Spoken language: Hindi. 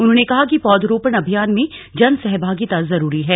उन्होंने कहा कि पौधरोपण अभियान में जन सहभागिता जरूरी है